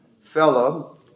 fellow